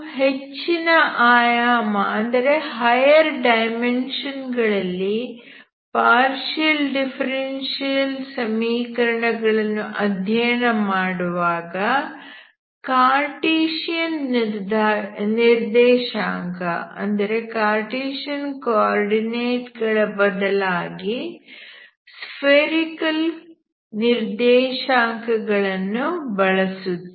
ಹೆಚ್ಚಿನ ಆಯಾಮ ಗಳಲ್ಲಿ ಪಾರ್ಷಿಯಲ್ ಡಿಫರೆನ್ಷಿಯಲ್ ಸಮೀಕರಣ ಗಳನ್ನು ಅಧ್ಯಯನ ಮಾಡುವಾಗ ಕಾರ್ಟೀಸಿಯನ್ ನಿರ್ದೇಶಾಂಕ ಗಳ ಬದಲಾಗಿ ನೀವು ಸ್ಫೇರಿಕಲ್ ನಿರ್ದೇಶಾಂಕ ಗಳನ್ನು ಬಳಸುತ್ತೀರಿ